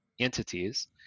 entities